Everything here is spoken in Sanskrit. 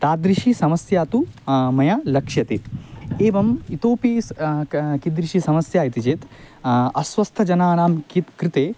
तादृशी समस्या तु मया लक्ष्यते एवम् इतोऽपि स् किदृशी समस्या इति चेत् अस्वस्थ जनानां कित् कृते